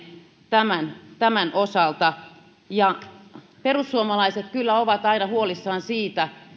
tämän tämän osalta perussuomalaiset kyllä ovat aina huolissaan siitä